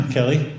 Kelly